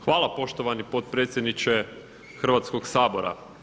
Hvala poštovani potpredsjedniče Hrvatskog sabora.